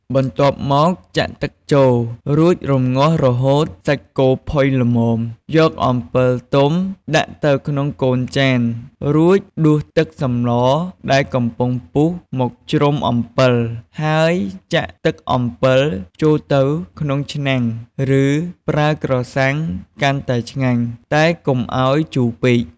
បន្ទាប់មកចាក់ទឹកចូលរួចរម្ងាស់រហូតសាច់គោផុយល្មម យកអំពិលទុំដាក់ទៅក្នុងកូនចាន រួចដួសទឹកសម្លដែលកំពុងពុះមកជ្រំ អំពិល ហើយចាក់ទឹកអំពិលចូលទៅក្នុងឆ្នាំងឬប្រើក្រសាំងកាន់តែឆ្ងាញ់ តែកុំឱ្យជូរពេក។